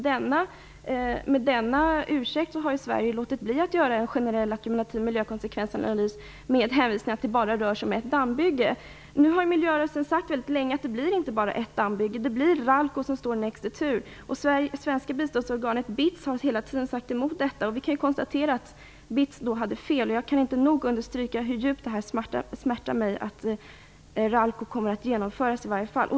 Just med denna ursäkt har Sverige låtit bli att göra en generell ackumulativ miljökonsekvensanalys, med hänvisning till att det bara rör sig om ett dammbygge. Miljörörelsen har länge sagt att det inte bara blir ett dammbygge, utan att Ralco står näst i tur. Det svenska biståndsorganet BITS har hela tiden sagt emot detta. Vi kan konstatera att BITS hade fel. Jag kan inte nog understryka hur djupt det smärtar mig att Ralco kommer att genomföras i alla fall.